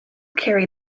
carry